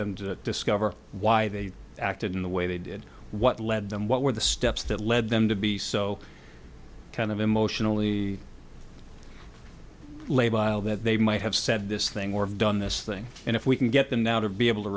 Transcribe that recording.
them to discover why they acted in the way they did what led them what were the steps that led them to be so kind of emotionally label that they might have said this thing or done this thing and if we can get them now to be able to